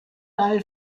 ball